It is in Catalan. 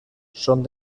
són